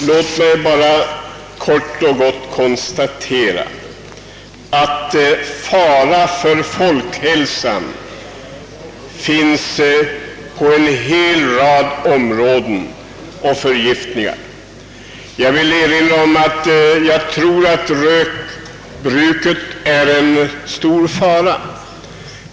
Låt mig kort och gott konstatera, att fara för folkhälsan genom förgiftningar föreligger på en rad områden. Jag tror att rökbruket är en stor fara.